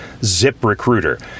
ZipRecruiter